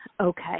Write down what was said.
Okay